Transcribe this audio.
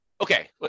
okay